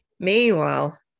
Meanwhile